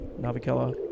Navikella